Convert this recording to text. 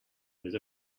with